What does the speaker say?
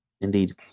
indeed